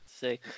See